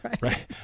right